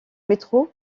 métro